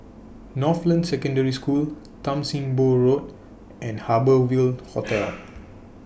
Northland Secondary School Tan SIM Boh Road and Harbour Ville Hotel